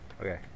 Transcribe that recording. Okay